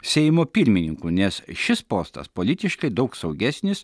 seimo pirmininku nes šis postas politiškai daug saugesnis